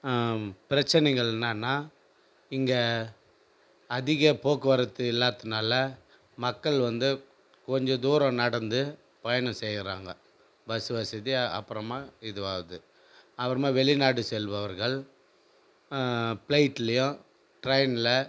பிரச்சினைகள் என்னான்னா இங்கே அதிக போக்குவரத்து இல்லாததுனால மக்கள் வந்து கொஞ்சம் தூரம் நடந்து பயணம் செய்கிறாங்க பஸ் வசதி அப்புறமா இதுவாகுது அப்புறமா வெளிநாடு செல்பவர்கள் ப்ளைட்லையும் ட்ரெயினில்